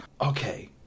Okay